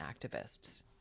activists